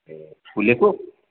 ए फुलेको